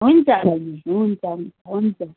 हुन्छ बहिनी हुन्छ हुन्छ हुन्छ